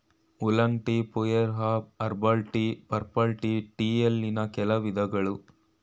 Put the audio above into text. oolong tea, pu erh, herbal tea, purple tea ಟೀಯಲ್ಲಿನ್ ಕೆಲ ವಿಧಗಳು